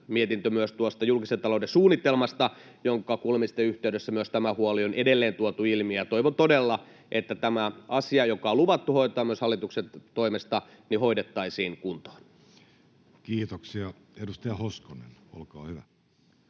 mietintö myös tuosta julkisen talouden suunnitelmasta, jonka kuulemisten yhteydessä myös tämä huoli on edelleen tuotu ilmi. Toivon todella, että tämä asia, joka on luvattu hoitaa myös hallituksen toimesta, hoidettaisiin kuntoon. Kiitoksia. — Edustaja Hoskonen, olkaa hyvä.